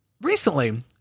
recently